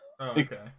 Okay